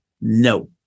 No